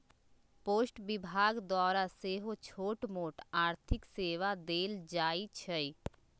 post विभाग द्वारा सेहो छोटमोट आर्थिक सेवा देल जाइ छइ